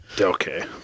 Okay